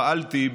פעלתי,